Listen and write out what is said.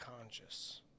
conscious